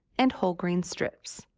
and whole grain strips.